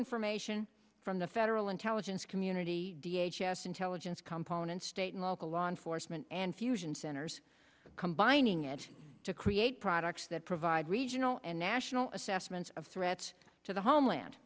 information from the federal intelligence community d h s s intelligence component state and local law enforcement and fusion centers combining it to create products that provide regional and national assessments of threats to the homeland